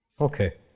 Okay